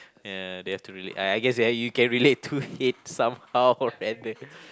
ya they have to relate I I guess that you can relate to it somehow and the